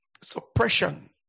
suppression